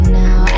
now